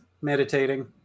meditating